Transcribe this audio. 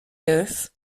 youth